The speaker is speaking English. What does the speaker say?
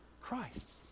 Christ